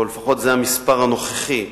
או לפחות זה המספר הנוכחי,